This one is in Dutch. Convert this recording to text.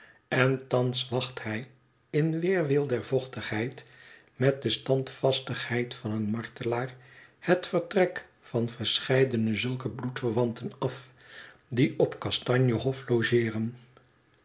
en thans wacht hij in weerwil der vochtigheid met de standvastigheid van een martelaar het vertrek van verscheidene zulke bloedverwanten af die op kastanje hof logeeren